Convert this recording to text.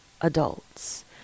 adults